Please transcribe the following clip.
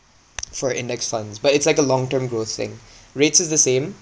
for index funds but it's like a long term growth thing REITs is the same